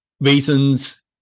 reasons